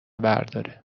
برداره